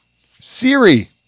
Siri